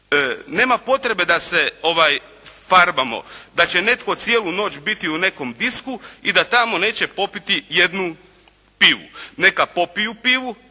Nema potrebe da se farbamo da će netko cijelu noć biti u nekom discu i da tamo neće popiti jednu pivu. Neka popiju pivu,